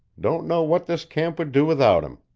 don't know what this camp would do without him.